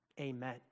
Amen